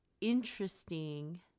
interesting